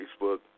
Facebook